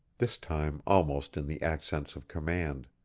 this time almost in the accents of command.